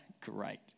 great